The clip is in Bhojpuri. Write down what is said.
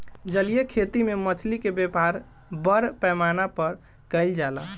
जलीय खेती में मछली के व्यापार बड़ पैमाना पर कईल जाला